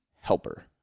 helper